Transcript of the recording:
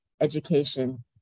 education